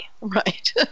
Right